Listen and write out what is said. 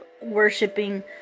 worshipping